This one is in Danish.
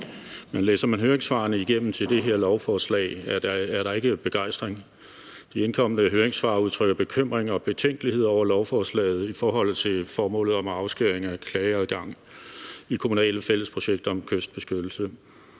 Men læser man høringssvarene igennem til det her lovforslag, er der ikke begejstring. De indkomne høringssvar udtrykker bekymring og betænkelighed ved lovforslaget i forhold til formålet om afskæring af klageadgang i kommunale fællesprojekter om kystbeskyttelse.